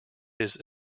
his